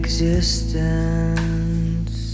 Existence